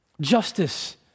justice